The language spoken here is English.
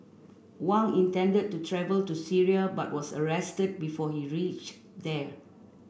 Wang intended to travel to Syria but was arrested before he reached there